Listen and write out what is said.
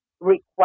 request